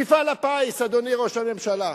מפעל הפיס, אדוני ראש הממשלה,